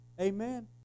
Amen